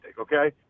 okay